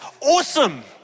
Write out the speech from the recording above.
awesome